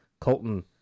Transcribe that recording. Colton